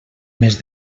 mes